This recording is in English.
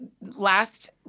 last